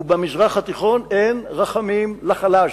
ובמזרח התיכון אין רחמים לחלש.